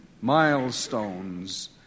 milestones